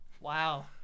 Wow